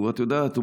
את יודעת,